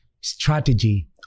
strategy